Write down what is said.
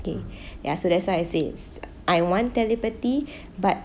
okay ya so that's why I say I want telepathy but